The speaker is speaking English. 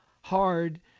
hard